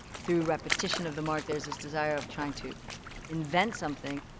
through repetition of the mark, there's this desire of trying to invent something.